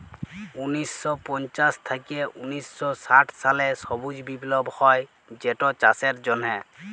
উনিশ শ পঞ্চাশ থ্যাইকে উনিশ শ ষাট সালে সবুজ বিপ্লব হ্যয় যেটচাষের জ্যনহে